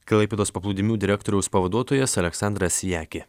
klaipėdos paplūdimių direktoriaus pavaduotojas aleksandras jekė